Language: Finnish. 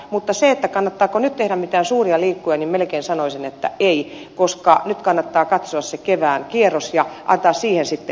mutta siihen kannattaako nyt tehdä mitään suuria liikkuja melkein sanoisin että ei koska nyt kannattaa katsoa se kevään kierros ja antaa siihen sitten kommenttinsa